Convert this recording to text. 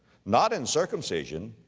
not in circumcision,